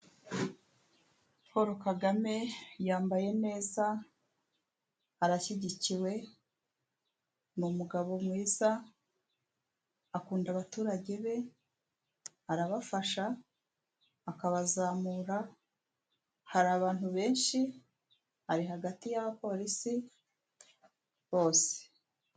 Paul Kagame yambaye neza, arashyigikiwe, ni umugabo mwiza, akunda abaturage be, arabafasha, akabazamura, hari abantu benshi, ari hagati y'abapolisi bose.